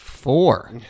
four